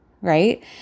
Right